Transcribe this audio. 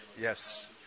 Yes